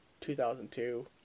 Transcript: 2002